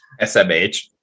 SMH